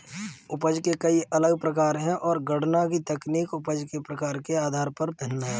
उपज के कई अलग प्रकार है, और गणना की तकनीक उपज के प्रकार के आधार पर भिन्न होती है